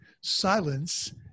silence